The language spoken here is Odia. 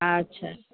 ଆଚ୍ଛା